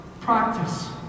practice